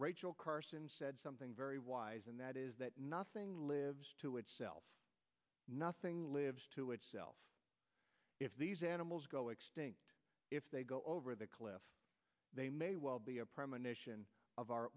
rachel carson said something very wise and that is that nothing lives to itself nothing lives to itself if these animals go extinct if they go over the cliff they may well be a premonition of our